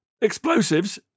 explosives